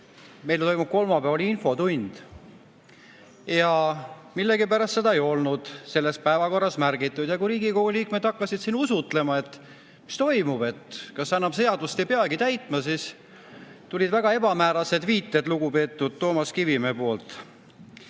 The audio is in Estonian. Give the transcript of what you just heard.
meil toimub kolmapäeval infotund. Millegipärast seda ei olnud selles päevakorras märgitud. Ja kui Riigikogu liikmed hakkasid usutlema, et mis toimub, kas enam seadust ei peagi täitma, siis tulid väga ebamäärased viited lugupeetud Toomas Kivimäe poolt.